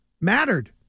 mattered